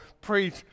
preach